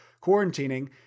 quarantining